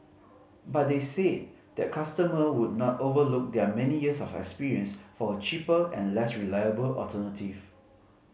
but they said that customer would not overlook their many years of experience for a cheaper and less reliable alternative